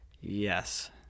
Yes